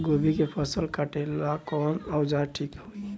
गोभी के फसल काटेला कवन औजार ठीक होई?